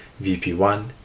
VP1